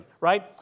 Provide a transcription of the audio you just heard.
right